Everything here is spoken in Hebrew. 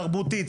תרבותית,